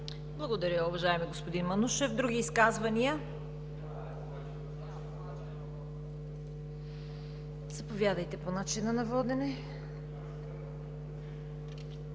Благодаря, уважаеми господин Манушев. Други изказвания? Заповядайте по начина на водене.